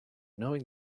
knowing